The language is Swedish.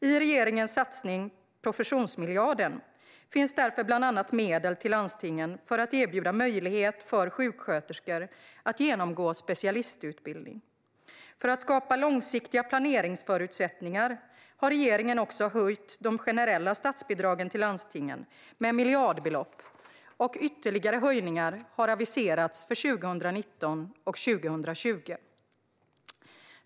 I regeringens satsning professionsmiljarden finns därför bland annat medel till landstingen för att erbjuda möjlighet för sjuksköterskor att genomgå specialistutbildning. För att skapa långsiktiga planeringsförutsättningar har regeringen också höjt de generella statsbidragen till landstingen med miljardbelopp, och ytterligare höjningar har aviserats för 2019 och 2020.